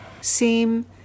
seem